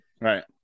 right